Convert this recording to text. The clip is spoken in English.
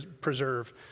preserve